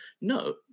No